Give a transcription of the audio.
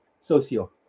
socio